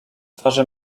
twarzy